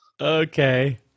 Okay